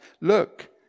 look